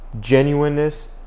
genuineness